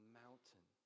mountain